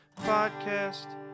podcast